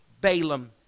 Balaam